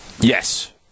Yes